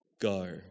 Go